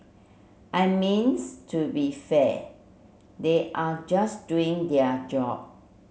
I means to be fair they are just doing their job